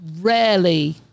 rarely